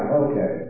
okay